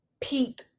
peak